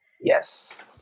Yes